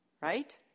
right